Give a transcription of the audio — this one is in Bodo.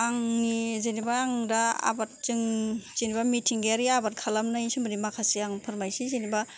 आंनि जेनोबा आं दा आबादजों जेनोबा मिथिंगायारि आबाद खालामनायनि सोमोन्दै माखासे आं फोरमायसै जेनोबा